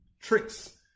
tricks